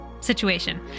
situation